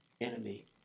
enemy